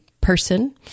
person